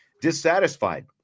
dissatisfied